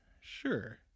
Sure